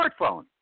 smartphone